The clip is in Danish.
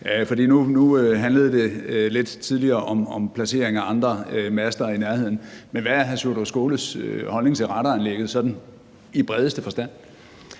nu handlede det lidt tidligere om placering af andre master i nærheden, men hvad er hr. Sjúrður Skaales holdning til radaranlægget sådan i bredeste forstand?